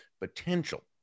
potential